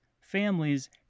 families